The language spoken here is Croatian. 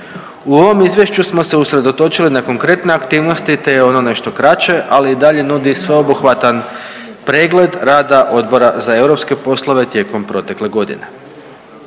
U ovom izvješću smo se usredotočili na konkretne aktivnosti te je ono nešto kraće, ali i dalje nudi sveobuhvatan pregled rada Odbora za europske poslove tijekom protekle godine.